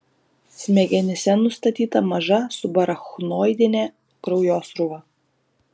smegenyse nustatyta maža subarachnoidinė kraujosruva